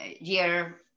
year